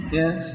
yes